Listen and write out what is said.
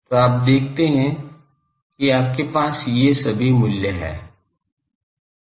तो आप देखते हैं कि आपके पास ये सभी मूल्य हैं